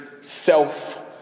self